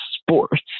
sports